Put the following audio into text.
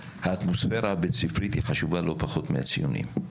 האטמוספירה הבית ספרית חשובה לא פחות מהציונים,